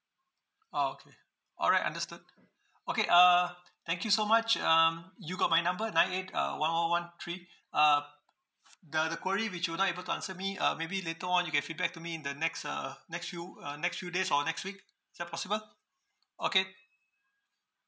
oh okay alright understood okay err thank you so much um you got my number nine eight uh one one one three uh p~ the the query which you were not able answer me uh maybe later on you can feedback to me in the next uh uh next few uh next few days or next week is that possible okay